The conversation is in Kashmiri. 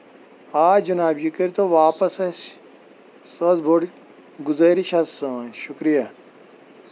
آ جِناب یہِ کٔرتو واپَس اَسہِ سۄ ٲسۍ بٔڑ گُزٲرِش حظ سٲنۍ شُکرِیا